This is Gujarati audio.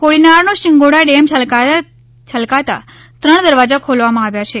કોડીનાર નો શિંગોડા ડેમ છલકાતા ત્રણ દરવાજા ખોલવા માં આવ્યા છે